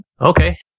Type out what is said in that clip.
Okay